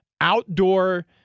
outdoor